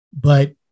But-